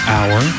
Hour